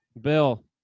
Bill